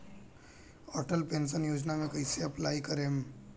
Atal pension Yojana मे कैसे apply करेम?